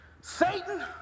Satan